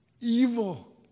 evil